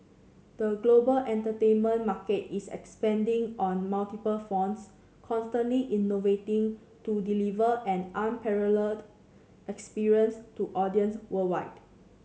the global entertainment market is expanding on multiple fronts constantly innovating to deliver an unparalleled experience to audiences worldwide